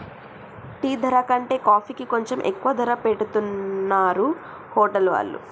tea ధర కంటే కాఫీకి కొంచెం ఎక్కువ ధర పెట్టుతున్నరు హోటల్ వాళ్ళు